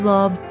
Love